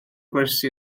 gwersi